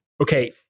okay